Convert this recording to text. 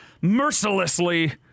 mercilessly